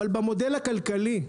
אבל במודל הכלכלי,